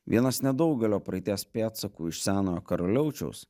vienas nedaugelio praeities pėdsakų iš senojo karaliaučiaus